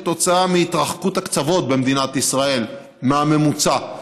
כתוצאה מהתרחקות הקצוות במדינת ישראל מהממוצע,